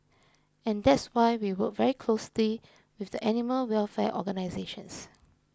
and that's why we work very closely with the animal welfare organisations